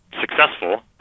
successful